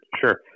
Sure